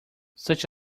such